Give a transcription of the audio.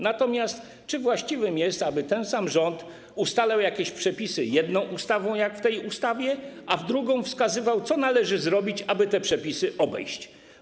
Natomiast czy właściwym jest, aby ten sam rząd ustalał jakieś przepisy jedną ustawą, jak w tej ustawie, a w drugiej wskazywał, co należy zrobić, aby te przepisy obejść?